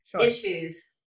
issues